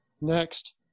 Next